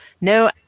no